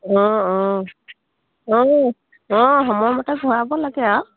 অঁ অঁ অঁ অঁ সময়মতে ভৰাব লাগে আৰু